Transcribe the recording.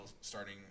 starting